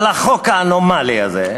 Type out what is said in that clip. על החוק האנומלי הזה,